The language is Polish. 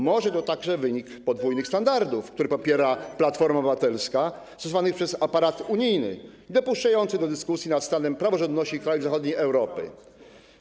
Może to także wynik podwójnych standardów, które popiera Platforma Obywatelska, stosowanych przez aparat unijny niedopuszczający do dyskusji nad stanem praworządności w krajach Europy Zachodniej.